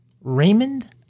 Raymond